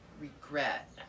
regret